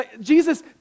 Jesus